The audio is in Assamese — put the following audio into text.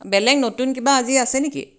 বেলেগ নতুন কিবা আজি আছে নেকি